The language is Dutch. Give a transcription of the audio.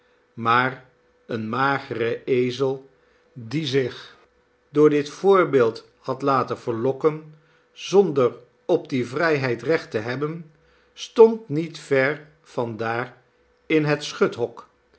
maar een magere ezel die zich door dit voorbeeld had laten verlokken zonder op die vrijheid recht te hebben stond niet ver van daar in het schuthok